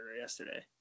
yesterday